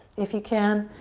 if you can